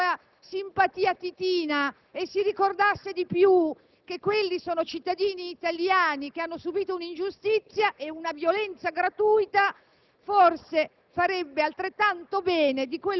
che forse, se si dimenticasse di qualche sua simpatia titina e si ricordasse maggiormente che si tratta di cittadini italiani che hanno subito un'ingiustizia e una violenza gratuite,